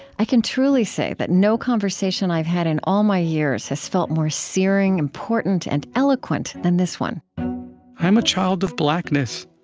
i can truly say that no conversation i've had in all my years has felt more searing, important, and eloquent than this one i'm a child of blackness.